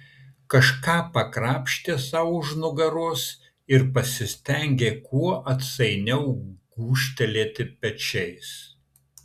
kažką pakrapštė sau už nugaros ir pasistengė kuo atsainiau gūžtelėti pečiais